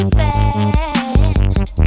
bad